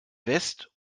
west